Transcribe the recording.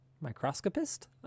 Microscopist